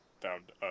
found